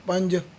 ਪੰਜ